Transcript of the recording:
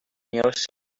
nearest